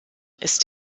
ist